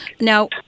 Now